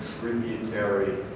tributary